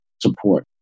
support